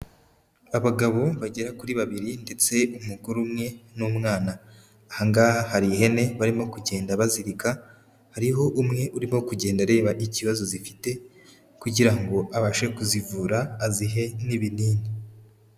Abagabo bagera kuri babiri ndetse n'umugore umwe n'umwana. Aha ngaha hari ihene barimo kugenda bazirika, hariho umwe urimo kugenda areba ikibazo zifite, kugira ngo abashe kuzivura azihe n'ibinini.